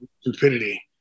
stupidity